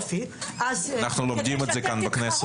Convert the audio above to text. אנחנו לומדים את זה כאן בכנסת.